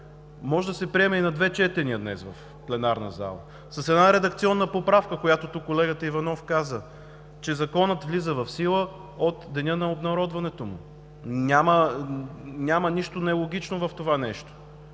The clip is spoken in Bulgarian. може да се приеме и на две четения днес в пленарната зала с една редакционна поправка, за която тук каза колегата Иванов, че Законът влиза в сила от деня на обнародването му. Няма нищо нелогично в това нещо.